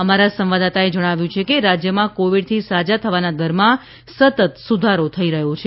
અમારા સંવાદદાતાએ જણાવ્યું કે રાજયમાં કોવીડથી સાજા થવાના દરમાં સતત સુધારો થઇ રહ્યો છે